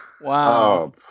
Wow